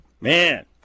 man –